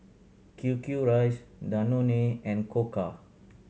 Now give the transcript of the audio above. Q Q Rice Danone and Koka